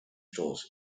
stores